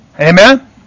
Amen